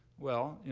well,